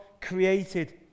created